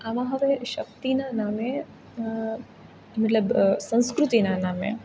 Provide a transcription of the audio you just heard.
આમાં હવે શક્તિના નામે મતલબ સંસ્કૃતિના નામે